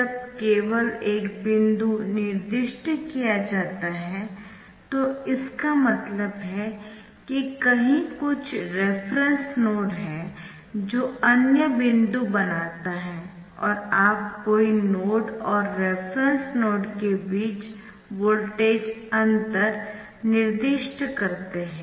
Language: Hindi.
जब केवल एक बिंदु निर्दिष्ट किया जाता है तो इसका मतलब है कि कहीं कुछ रेफरेन्स नोड है जो अन्य बिंदु बनाता है और आप कोई नोड और रेफरेन्स नोड के बीच वोल्टेज अंतर निर्दिष्ट करते है